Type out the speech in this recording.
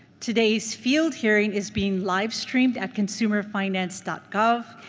today's field hearing is being live-streamed at consumerfinance gov,